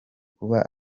kuba